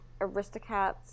Aristocats